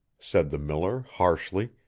said the miller, harshly,